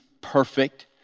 perfect